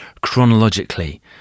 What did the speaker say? chronologically